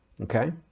Okay